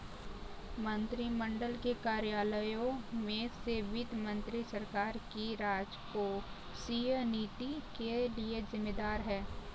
मंत्रिमंडल के कार्यालयों में से वित्त मंत्री सरकार की राजकोषीय नीति के लिए जिम्मेदार है